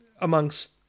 amongst